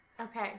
Okay